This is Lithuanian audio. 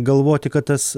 galvoti kad tas